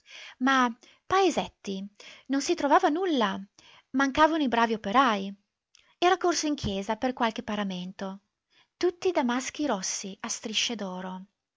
ma paesetti non si trovava nulla mancavano i bravi operai era corso in chiesa per qualche paramento tutti damaschi rossi a strisce